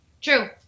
True